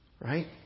right